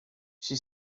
she